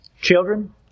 Children